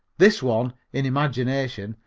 this one, in imagination,